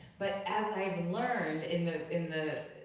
but as i've and learned in the in the